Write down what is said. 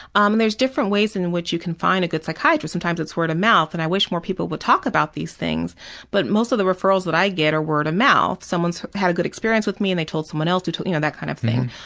um and there is different ways in which you can find a good psychiatrist. sometimes it's word of mouth, and i wish more people would talk about these things but most of the referrals that i get are word of mouth. someone had a good experience with me and they told someone else. you know, that kind of thing.